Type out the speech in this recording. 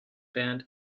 band